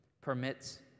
permits